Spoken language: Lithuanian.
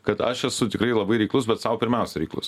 kad aš esu tikrai labai reiklus bet sau pirmiausia reiklus